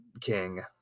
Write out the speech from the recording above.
king